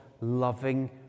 loving